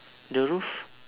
the roof